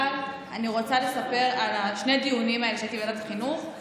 אבל אני רוצה לספר על שני הדיונים האלה שהייתי בהם בוועדת חינוך,